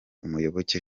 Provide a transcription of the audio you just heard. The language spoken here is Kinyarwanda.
umuyoboke